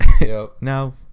No